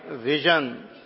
vision